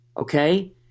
okay